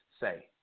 say